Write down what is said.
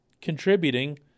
contributing